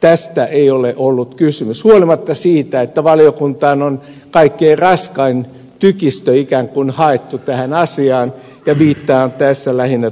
tästä ei ole ollut kysymys huolimatta siitä että valiokuntaan on ikään kuin kaikkein raskain tykistö haettu tähän asiaan ja viittaan tässä lähinnä